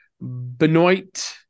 Benoit